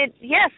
yes